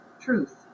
truth